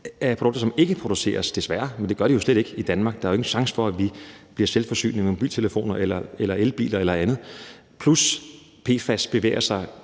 er produkter, som ikke produceres – desværre, men det gør de jo slet ikke – i Danmark. Der er ikke en chance for, at vi bliver selvforsynende med mobiltelefoner eller elbiler eller andet. Og PFAS bevæger sig